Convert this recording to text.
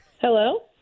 Hello